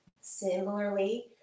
similarly